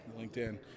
LinkedIn